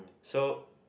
so